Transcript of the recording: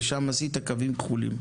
ושם עשית קווים כחולים.